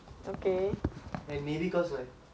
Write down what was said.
after after that one day